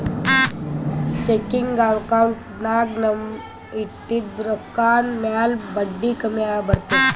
checking ಅಕೌಂಟ್ನಾಗ್ ನಾವ್ ಇಟ್ಟಿದ ರೊಕ್ಕಾ ಮ್ಯಾಲ ಬಡ್ಡಿ ಕಮ್ಮಿ ಬರ್ತುದ್